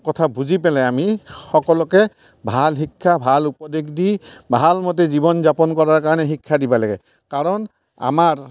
কথা বুজি পেলাই আমি সকলোকে ভাল শিক্ষা ভাল উপদেশ দি ভাল মতে জীৱন যাপন কৰাৰ কাৰণে শিক্ষা দিব লাগে কাৰণ আমাৰ